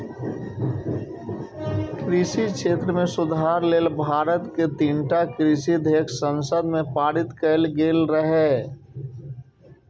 कृषि क्षेत्र मे सुधार लेल भारत मे तीनटा कृषि विधेयक संसद मे पारित कैल गेल रहै